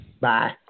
Bye